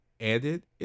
added